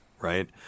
right